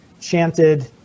chanted